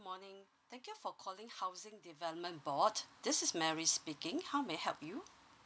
good morning thank you for calling housing development board this is mary speaking how may I help you